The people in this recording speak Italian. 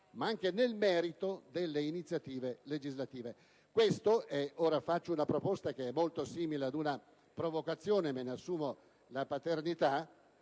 ma anche nel merito delle iniziative legislative. Faccio una proposta, che è molto simile ad una provocazione, e me ne assumo la paternità: